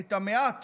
את המעט